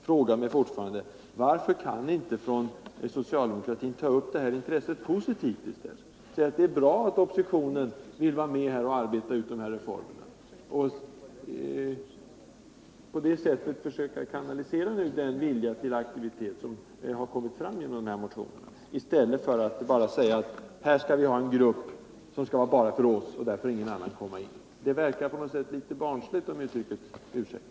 Frågan är fortfarande: Varför kan ni inte på socialdemokratiskt håll ta upp det här intresset på ett positivt sätt? Ni borde tycka att det är bra att oppositionen vill vara med om att utarbeta reformerna, och försöka ta vara på den vilja till aktivitet som har kommit till uttryck genom motionerna, i stället för att bara säga: Här skall vi ha en grupp, som skall vara till bara för oss; där får ingen annan komma in! — Det verkar litet barnsligt, om uttrycket ursäktas.